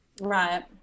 Right